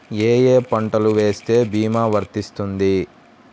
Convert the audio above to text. ఏ ఏ పంటలు వేస్తే భీమా వర్తిస్తుంది?